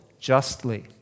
justly